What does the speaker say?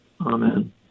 Amen